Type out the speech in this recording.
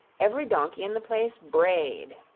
every donkey in the place brayed.